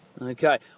Okay